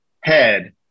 head